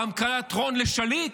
בהרכנת ראש לשליט?